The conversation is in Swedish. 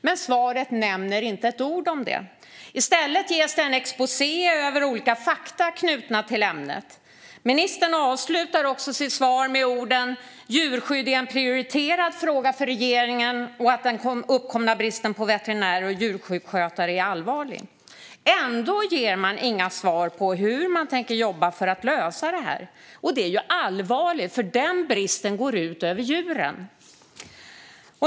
Men i svaret nämns inte ett ord om det. I stället ges en exposé av olika fakta knutna till ämnet. Ministern avslutar också sitt svar med orden "Djurskydd är en prioriterad fråga för regeringen. Den uppkomna bristen på djursjukskötare och veterinärer är allvarlig." Ändå ges inga svar på hur man tänker jobba för att lösa detta. Detta är allvarligt, då denna brist går ut över djuren.